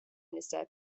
minister